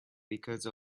because